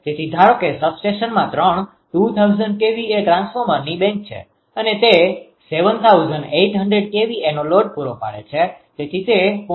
તેથી ધારો કે સબસ્ટેશનમાં ત્રણ 2000 kVA ટ્રાન્સફોર્મરની બેંક છે અને તે 7800 kVAનો લોડ પૂરો પાડે છે તેથી તે 0